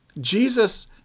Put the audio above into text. Jesus